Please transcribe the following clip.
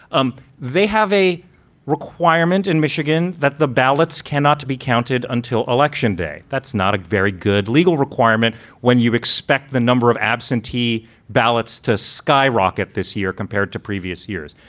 um they have a requirement in michigan that the ballots cannot be counted until election day. that's not a very good legal requirement when you expect the number of absentee ballots to skyrocket this year compared to previous years.